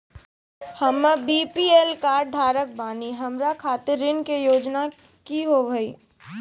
हम्मे BPL card धारक बानि हमारा खातिर ऋण के योजना का होव हेय?